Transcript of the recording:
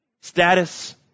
status